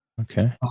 Okay